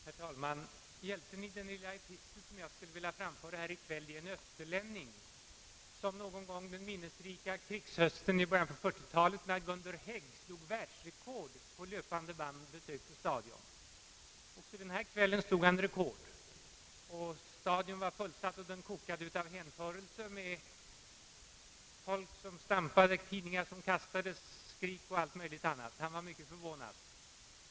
Herr talman! Hjälten i den lilla epistel jag skulle vilja framföra här i kväll är en Österlänning, som någon gång den minnesrika krigshösten i början på 1940-talet när Gunder Hägg slog världsrekord på löpande band besökte Stadion. Också denna kväll slog Gunder Hägg rekord, Stadion var fullsatt och kokade av hänförelse, folk stampade och kastade tidningar och skrek och gjorde allt möjligt annat. Österlänningen var mycket förvånad.